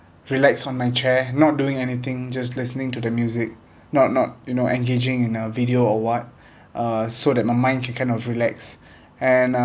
relax on my chair not doing anything just listening to the music not not you know engaging in a video or what uh so that my mind can kind of relax and uh